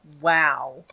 Wow